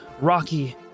rocky